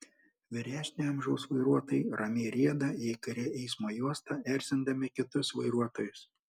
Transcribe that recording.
vyresnio amžiaus vairuotojai ramiai rieda jei kaire eismo juosta erzindami kitus vairuotojus